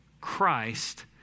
Christ